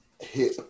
hit